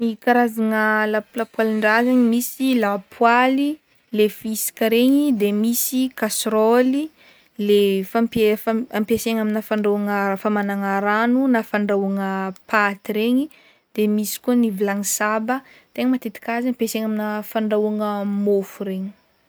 Ny karazagna lap- lapoalin-draha zaigny misy lapoaly le fisaka regny de misy kasiraoly le fampia- fam- ampiasaigny amina fandrahoagna famanagna rano na fandrahoagna paty regny de misy koa ny vilagny saba tegna matetiky azy ampiasaigna amina fandrahoagna môfo regny.